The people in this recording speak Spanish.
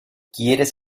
quieres